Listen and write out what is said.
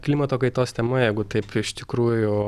klimato kaitos tema jeigu taip iš tikrųjų